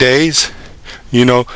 days you know